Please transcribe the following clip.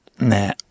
nah